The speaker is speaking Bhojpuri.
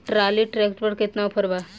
ट्राली ट्रैक्टर पर केतना ऑफर बा?